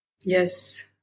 Yes